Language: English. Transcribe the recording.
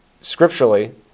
scripturally